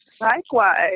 Likewise